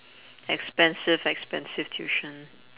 expensive expensive tuition